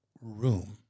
Room